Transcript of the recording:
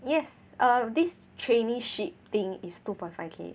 yes err this traineeship thing is two point five K